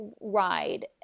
ride